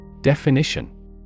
Definition